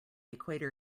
equator